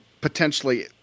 potentially